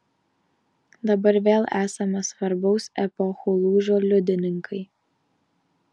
dabar vėl esame svarbaus epochų lūžio liudininkai